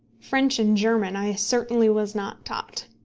french and german i certainly was not taught.